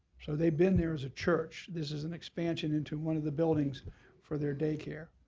so they've been there as a church. this is an expansion into one of the buildings for their daycare,